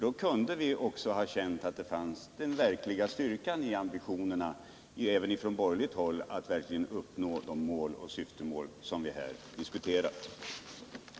Då kunde vi också ha känt att det fanns verklig styrka i ambitionerna även från borgerligt håll för att uppnå de mål som vi har diskuterat här.